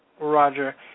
Roger